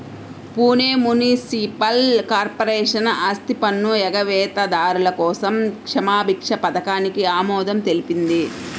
Pune municipal corporation ఆస్తిపన్ను ఎగవేతదారుల కోసం క్షమాభిక్ష పథకానికి ఆమోదం తెలిపింది